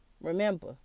remember